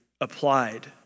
applied